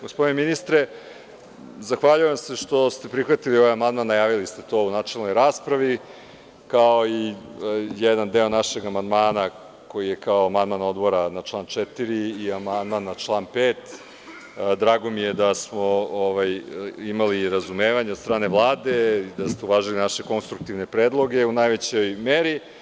Gospodine ministre, zahvaljujem se što ste prihvatili ovaj amandman, najavili ste to u načelnoj raspravi, kao i jedan deo našeg amandmana koji je, kao amandman Odbora, na član 4. i amandman na član 5. Drago mi je da smo imali razumevanja od strane Vlade i da ste uvažili naše konstruktivne predloge u najvećoj meri.